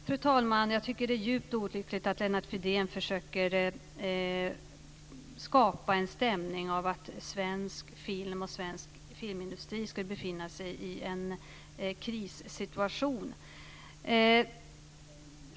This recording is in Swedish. Fru talman! Jag tycker att det är djupt olyckligt att Lennart Fridén försöker skapa en stämning av att svensk film och svensk filmindustri skulle befinna sig i en krissituation.